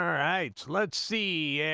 um writes lead c.